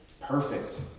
perfect